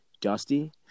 Dusty